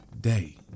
day